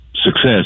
Success